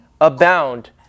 abound